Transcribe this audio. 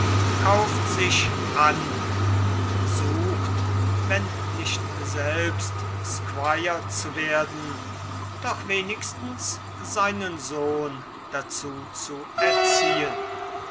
kauft sich an und sucht wenn nicht selbst squire zu werden doch wenigstens einen sohn dazu zu erziehen